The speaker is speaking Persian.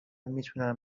میتونم